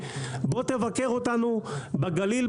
בוא תבקר אותנו בגליל,